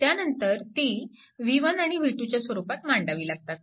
त्यानंतर ती v1 आणि v2च्या स्वरूपात मांडावी लागतात